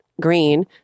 green